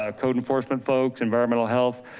ah code enforcement folks, environmental health,